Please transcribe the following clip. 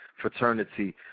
fraternity